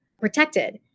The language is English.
protected